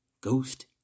Ghost